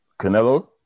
Canelo